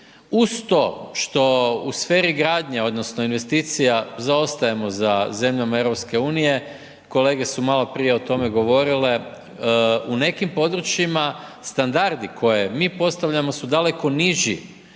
Uz to što u sferi gradnje, odnosno, investicija, zaostajemo za zemljama EU, kolege su maloprije o tome govorile, u nekim područjima, standardi koje mi postavljamo, su daleko niži